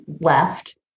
left